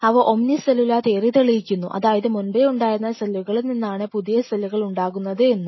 അവ omni cellula theory തെളിയിക്കുന്നു അതായത് മുൻപേ ഉണ്ടായിരുന്ന സെല്ലുകളിൽ നിന്നാണ് പുതിയ സെല്ലുകൾ ഉണ്ടാകുന്നത് എന്ന്